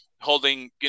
holding